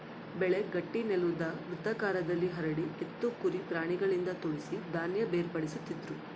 ಬೆಳೆ ಗಟ್ಟಿನೆಲುದ್ ವೃತ್ತಾಕಾರದಲ್ಲಿ ಹರಡಿ ಎತ್ತು ಕುರಿ ಪ್ರಾಣಿಗಳಿಂದ ತುಳಿಸಿ ಧಾನ್ಯ ಬೇರ್ಪಡಿಸ್ತಿದ್ರು